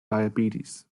diabetes